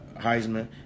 Heisman